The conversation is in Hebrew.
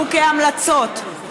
חוקי המלצות,